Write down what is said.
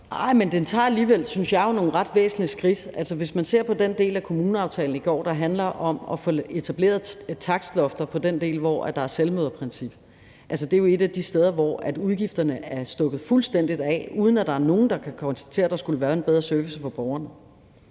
Men den tager alligevel, synes jeg, nogle ret væsentlige skridt. Hvis man ser på den del af kommuneaftalen fra i går, der handler om at få etableret takstlofter på den del, hvor der er selvmøderprincip, er det jo et af de steder, hvor udgifterne er stukket fuldstændig af, uden at der er nogen, der kan konstatere, at der skulle være en bedre service for borgerne.